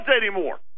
anymore